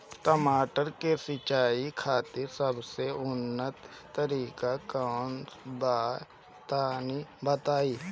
टमाटर के सिंचाई खातिर सबसे उत्तम तरीका कौंन बा तनि बताई?